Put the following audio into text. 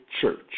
church